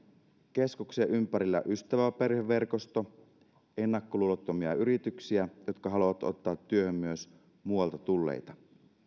keskuksen ympärillä ystäväperheverkosto ja ennakkoluulottomia yrityksiä jotka haluavat ottaa työhön myös muualta tulleita